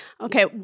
Okay